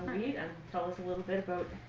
read, and tell us a little bit about